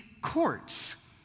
courts